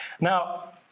Now